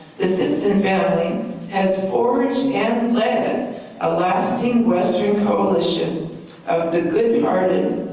the simpson family has forged and led a lasting western coalition of the good hearted,